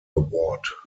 award